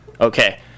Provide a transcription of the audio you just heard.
okay